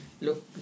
look